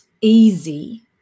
easy